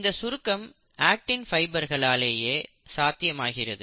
இந்த சுருக்கம் அக்டின் ஃபைபர்களாலே சாத்தியமாகிறது